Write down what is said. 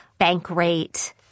Bankrate